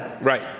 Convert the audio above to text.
Right